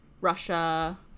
Russia